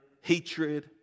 hatred